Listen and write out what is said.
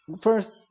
first